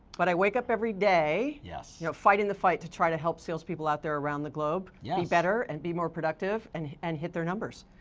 but i wake up every day, yes. you know fighting the fight to try to help sales people out there around the globe, yes. be better and be more productive and and hit their numbers.